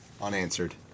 unanswered